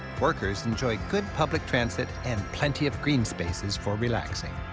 workers enjoy good public transit and plenty of green spaces for relaxing.